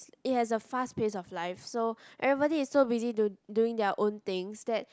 it has a fast pace of life so everybody is so busy to doing their own things that